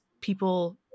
people